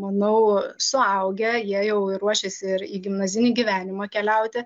manau suaugę jie jau ir ruošiasi ir į gimnazinį gyvenimą keliauti